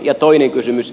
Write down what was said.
ja toinen kysymys